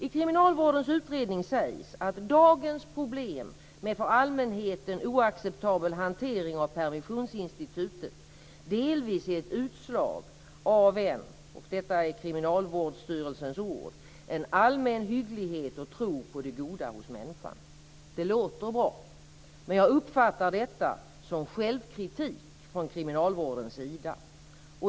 I kriminalvårdens utredning sägs att dagens problem med för allmänheten oacceptabel hantering av permissionsinstitutet delvis är ett utslag av en - detta är Kriminalvårdsstyrelsens ord - allmän hygglighet och tro på det goda hos människan. Det låter bra, men jag uppfattar detta som självkritik från kriminalvårdens sida.